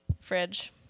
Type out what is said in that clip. fridge